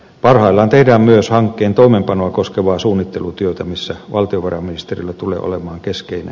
parhaillaan tehdään myös hankkeen toimeenpanoa koskevaa suunnittelutyötä missä valtiovarainministerillä tulee olemaan keskeinen